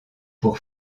pour